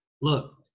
Look